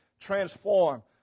transform